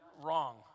wrong